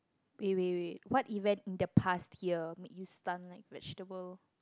wait wait wait what event in the past here made you stunned like vegetable